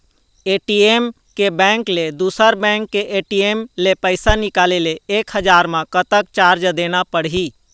ATM के bank ले दुसर बैंक के ए.टी.एम ले पैसा निकाले ले एक हजार मा कतक चार्ज देना पड़ही?